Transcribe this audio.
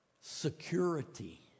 security